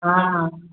हँ